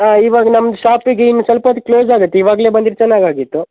ಹಾಂ ಇವಾಗ ನಮ್ಮ ಷಾಪಿಗೆ ಇನ್ನು ಸ್ವಲ್ಪ ಹೊತ್ತಿಗೆ ಕ್ಲೋಸ್ ಆಗುತ್ತೆ ಇವಾಗಲೇ ಬಂದಿರೆ ಚೆನ್ನಾಗಾಗಿತ್ತು